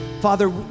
father